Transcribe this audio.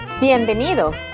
Bienvenidos